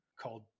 called